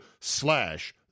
slash